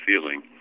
feeling